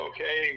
Okay